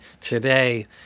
today